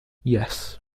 yes